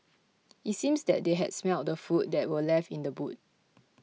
it seems that they had smelt the food that were left in the boot